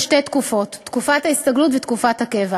שתי תקופות: תקופת ההסתגלות ותקופת הקבע.